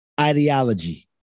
ideology